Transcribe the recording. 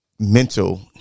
mental